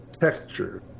texture